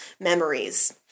memories